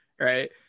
right